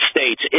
States